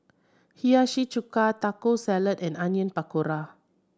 Hiyashi Chuka Taco Salad and Onion Pakora